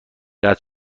قطع